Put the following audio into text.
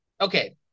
Okay